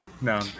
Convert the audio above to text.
No